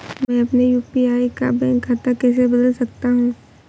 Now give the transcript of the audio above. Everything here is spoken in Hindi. मैं अपने यू.पी.आई का बैंक खाता कैसे बदल सकता हूँ?